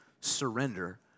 surrender